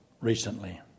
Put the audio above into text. recently